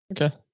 Okay